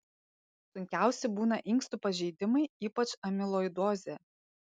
sunkiausi būna inkstų pažeidimai ypač amiloidozė